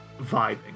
vibing